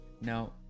now